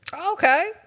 okay